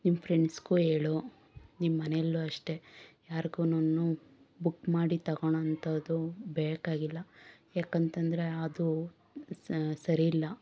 ನಿನ್ನ ಫ್ರೆಂಡ್ಸ್ಗೂ ಹೇಳು ನಿಮ್ಮನೆಯಲ್ಲೂ ಅಷ್ಟೇ ಯಾರಿಗೂನು ಬುಕ್ ಮಾಡಿ ತಗೊಳ್ಳುವಂಥದ್ದು ಬೇಕಾಗಿಲ್ಲ ಏಕೆಂತಂದ್ರೆ ಅದು ಸರಿ ಇಲ್ಲ